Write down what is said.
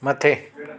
मथे